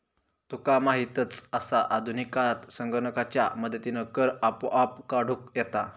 तुका माहीतच आसा, आधुनिक काळात संगणकाच्या मदतीनं कर आपोआप काढूक येता